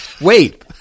Wait